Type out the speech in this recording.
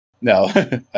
No